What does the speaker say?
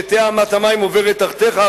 שתהא אמת המים עוברת תחתיך,